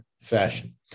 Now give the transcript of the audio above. fashion